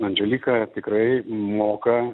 andželika tikrai moka